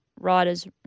riders